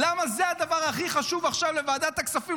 למה זה הדבר שהכי חשוב עכשיו לעשות בוועדת הכספים,